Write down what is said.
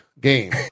game